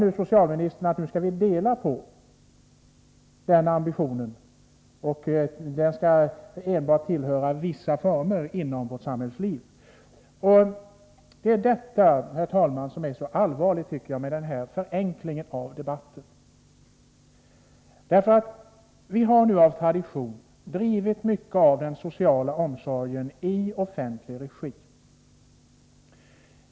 Menar socialministern att vi nu skall dela på den ambitionen och att den enbart skall tillhöra vissa former av vårt samhällsliv? Det är detta, herr talman, som jag tycker är så allvarligt med denna förenkling av debatten. Vi har av tradition drivit mycket av den sociala omsorgen i offentlig regi.